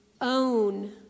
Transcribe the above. Own